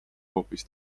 hoopis